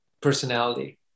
personality